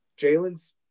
Jalen's